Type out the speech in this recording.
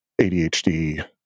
ADHD